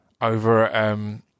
over